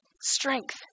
strength